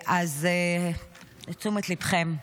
לתשומת ליבכם.